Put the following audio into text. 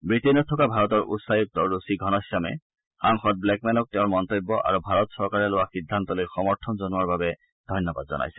ৱিটেইনত থকা ভাৰতৰ উচ্চায়ুক্ত ৰুচি ঘনশ্যামে সাংসদ ব্ৰেকমেনক তেওঁৰ মন্তব্য আৰু ভাৰত চৰকাৰে লোৱা সিদ্ধান্তলৈ সমৰ্থন জনোৱাৰ বাবে ধন্যবাদ জনাইছে